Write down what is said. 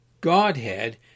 Godhead